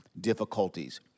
difficulties